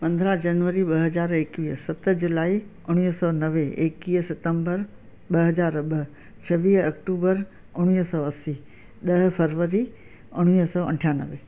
पंद्रहं जनवरी ॿ हज़ार एकवीह सत जुलाई उणिवीह सौ नवे एकवीह सितंबर ॿ हज़ार ॿ छवीह अक्टूबर उणिवीह सौ असीं ॾह फरवरी उणिवीह सौ अठानवे